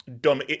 dumb